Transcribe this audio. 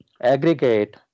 aggregate